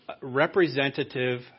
representative